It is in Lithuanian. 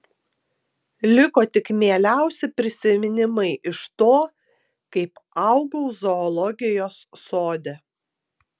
liko tik mieliausi prisiminimai iš to kaip augau zoologijos sode